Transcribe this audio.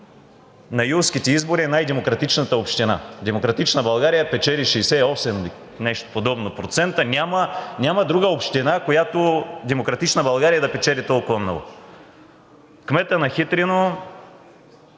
на юлските избори е най-демократичната община. „Демократична България“ печели 68% или нещо подобно. Няма друга община, в която „Демократична България“ да печели толкова много. Кметът на Хитрино